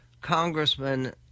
congressman